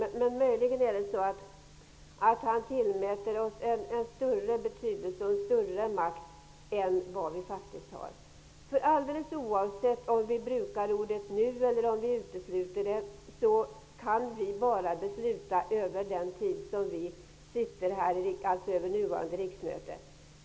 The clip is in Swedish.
Men det är möjligen så att Martin Nilsson tillmäter oss en större betydelse och en större makt än vad vi faktiskt har. Alldeles oavsett om vi brukar ordet ''nu'' eller om vi utesluter det, kan vi bara besluta under den tid som vi sitter här, dvs. under nuvarande riksmöte.